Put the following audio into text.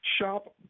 shop